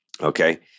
okay